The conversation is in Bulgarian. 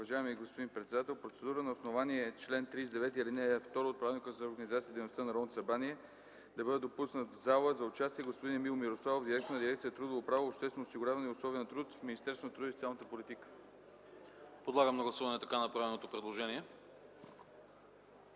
Подлагам на гласуване така направеното процедурно